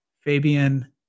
Fabian